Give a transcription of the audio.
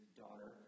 daughter